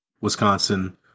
Wisconsin